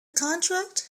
contract